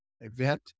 event